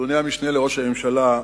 אדוני המשנה לראש הממשלה,